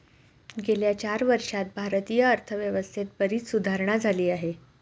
गेल्या चार वर्षांत भारतीय अर्थव्यवस्थेत बरीच सुधारणा झाली आहे